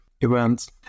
events